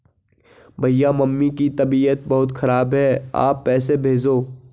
भैया मम्मी की तबीयत बहुत खराब है आप पैसे भेजो